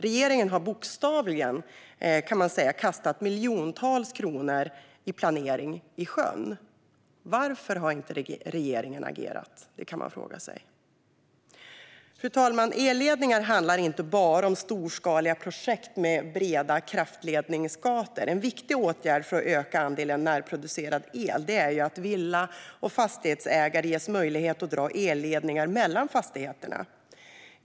Regeringen har nästan bokstavligen kastat miljontals kronor i planering i sjön. Varför har regeringen inte agerat? Det kan man fråga sig. Fru talman! Elledningar handlar inte bara om storskaliga projekt med breda kraftledningsgator. En viktig åtgärd för att öka andelen närproducerad el är att villa och fastighetsägare ges möjlighet att dra elledningar mellan fastigheterna.